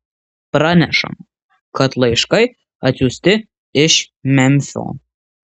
pranešama kad laiškai atsiųsti iš memfio